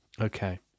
Okay